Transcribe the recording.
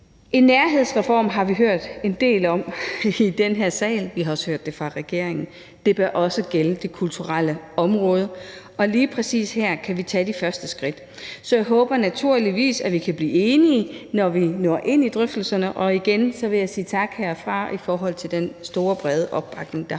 En nærhedsreform har vi hørt en del om i den her sal – vi har også hørt det fra regeringen – og det bør også gælde det kulturelle område, og lige præcis her kan vi tage de første skridt. Så jeg håber naturligvis, at vi kan blive enige, når vi når ind i drøftelserne, og igen vil jeg sige tak herfra i forhold til den store og brede opbakning, der har